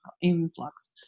influx